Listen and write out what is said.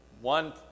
one